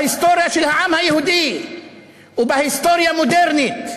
פרק בהיסטוריה של העם היהודי ובהיסטוריה מודרנית.